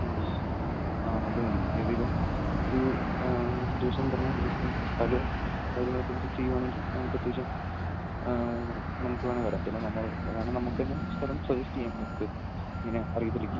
ആ ആ അതുമതി ഏതെങ്കിലും ഒരു ദിവസം പറഞ്ഞാല് നമുക്ക് സ്ഥലവും കാര്യങ്ങളുമൊക്കെ ഒന്ന് സെറ്റ് ചെയ്യുകയാണെങ്കില് നമുക്ക് അത്യാവശ്യം നമുക്ക് വേണമെങ്കില് വരാം പിന്നെ നമ്മള് വേണമെങ്കില് നമുക്ക് തന്നെ സ്ഥലം സജസ്റ്റ് ചെയ്യാം നിങ്ങള്ക്കങ്ങനെ അറിയില്ലെങ്കില്